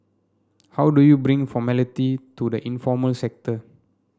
how do you bring formality to the informal sector